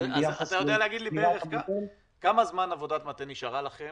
אתה יודע להגיד לי בערך כמה זמן עבודת מטה נשארה לכם